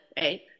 right